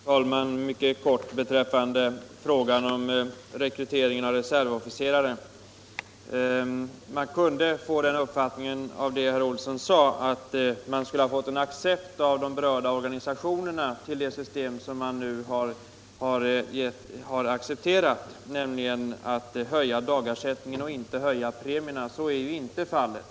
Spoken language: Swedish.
Herr talman! Jag skall fatta mig mycket kort beträffande frågan om rekryteringen av reservofficerare. Av det som herr Olsson i Asarum sade kunde kanske någon få den uppfattningen att man hade fått de berörda organisationernas accept av systemet att höja dagersättningen men inte premierna. Så är emellertid inte fallet.